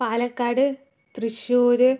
Palakkad Thrissur